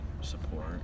support